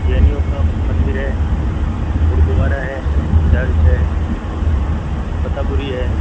جینیوں کا مندر ہے گُردوارہ ہے چرچ ہے فتح پوری ہے